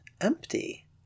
empty